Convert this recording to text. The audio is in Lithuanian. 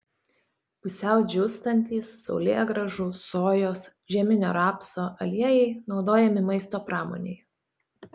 pusiau džiūstantys saulėgrąžų sojos žieminio rapso aliejai naudojami maisto pramonėje